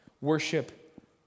worship